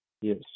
Yes